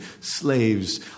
slaves